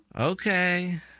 Okay